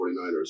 49ers